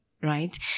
Right